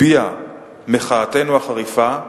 הביע מחאתנו החריפה,